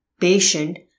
patient